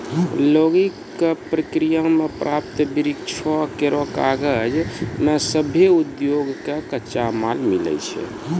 logging क प्रक्रिया सें प्राप्त वृक्षो केरो कागज सें सभ्भे उद्योग कॅ कच्चा माल मिलै छै